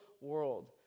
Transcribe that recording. world